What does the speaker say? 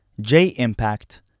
J-Impact